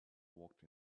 walked